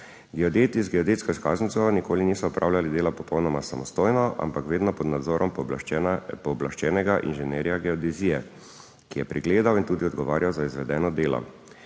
Geodeti z geodetsko izkaznico nikoli niso opravljali dela popolnoma samostojno, ampak vedno pod nadzorom pooblaščenega inženirja geodezije, ki je pregledal in tudi odgovarjal za izvedeno delo.